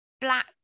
black